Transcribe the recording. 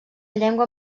llengua